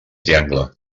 triangle